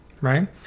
Right